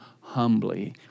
humbly